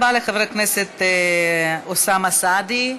תודה רבה לחבר הכנסת אוסאמה סעדי.